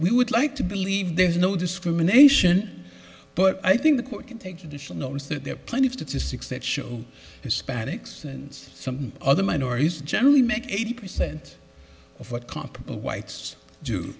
we would like to believe there's no discrimination but i think the court can take additional notice that there are plenty of statistics that show hispanics and some other minorities generally make eighty percent of what comparable whites do